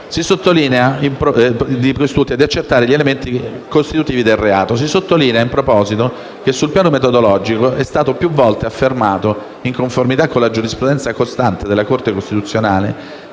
quest'ultima di accertare gli elementi costitutivi del reato. Si sottolinea in proposito che, sul piano metodologico, è stato più volte affermato, in conformità con la giurisprudenza costante della Corte costituzionale,